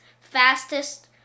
fastest